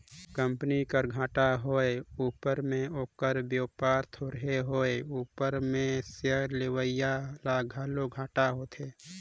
company कर घाटा होए उपर में ओकर बयपार थोरहें होए उपर में सेयर लेवईया ल घलो घाटा होथे